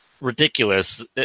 ridiculous